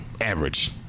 average